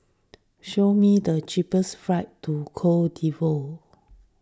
show me the cheapest flights to Cote D'Ivoire